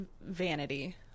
vanity